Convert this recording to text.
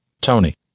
Tony